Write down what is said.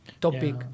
topic